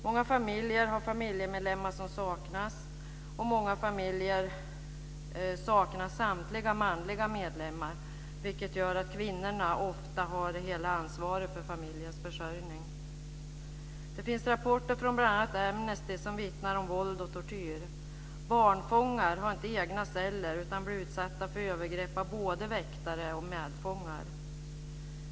Många familjer har familjemedlemmar som saknas och många familjer saknar samtliga manliga medlemmar, vilket gör att kvinnorna ofta har hela ansvaret för familjens försörjning. Det finns rapporter från bl.a. Amnesty som vittnar om våld och tortyr. Barnfångar har inte egna celler, utan blir utsatta för övergrepp av både väktare och medfångar.